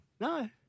No